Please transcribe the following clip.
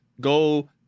go